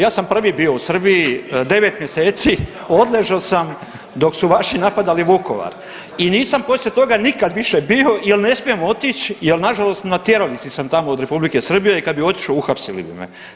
Ja sam prvi bio u Srbiji 9 mjeseci, odležao sam dok su vaši napadali Vukovar i nisam poslije toga nikada više bio jer ne smijem otići jer na žalost na tjeralici sam tamo od Republike Srbije i kada bih otišao uhapsili bi me.